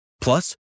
Plus